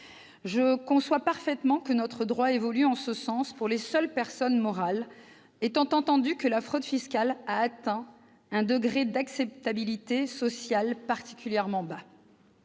je conçois parfaitement que notre droit évolue en ce sens pour les seules personnes morales, étant entendu que la fraude fiscale a atteint un degré d'acceptabilité sociale particulièrement bas.